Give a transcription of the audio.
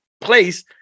place